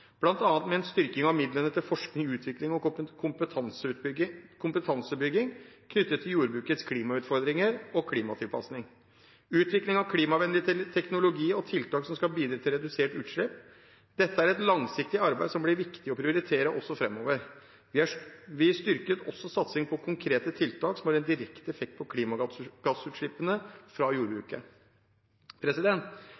med en styrking av midlene til forskning, utvikling og kompetansebygging knyttet til jordbrukets klimautfordringer og klimatilpasning, utvikling av klimavennlig teknologi og tiltak som skal bidra til reduserte utslipp. Dette er et langsiktig arbeid som blir viktig å prioritere også framover. Vi styrket også satsingen på konkrete tiltak som har en direkte effekt på klimagassutslippene fra